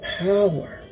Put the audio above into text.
power